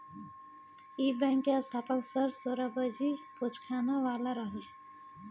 इ बैंक के स्थापक सर सोराबजी पोचखानावाला रहले